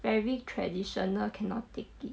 very traditional cannot take it